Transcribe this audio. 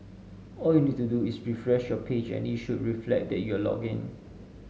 all you need to do is refresh your page and it should reflect that you are logged in